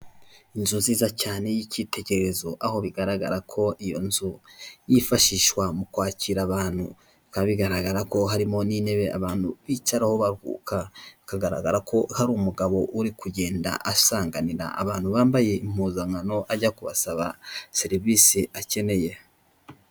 Inzu nziza cyane y'icyitegererezo, aho bigaragara ko iyo nzu yifashishwa mu kwakira abantu. Bikaba bigaragara ko harimo n'intebe abantu bicaraho baruhuka. Bikagaragara ko hari umugabo uri kugenda asanganira abantu bambaye impuzankano, ajya kubasaba serivisi akeneye.